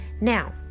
now